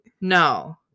No